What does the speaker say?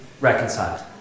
reconciled